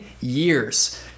years